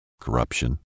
corruption